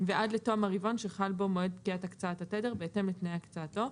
ועד לתום הרבעון שחל בו מועד פקיעת הקצאת התדר בהתאם לתנאי הקצאתו.